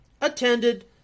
attended